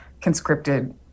conscripted